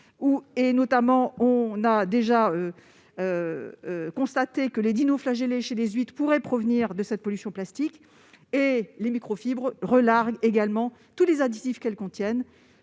de maladies. On a déjà constaté que les dinoflagellés chez les huîtres pourraient provenir de cette pollution plastique. Les microfibres « relarguent » également tous les additifs qu'elles contiennent